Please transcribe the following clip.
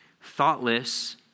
thoughtless